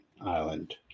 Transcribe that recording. island